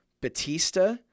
Batista